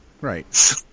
Right